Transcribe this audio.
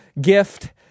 gift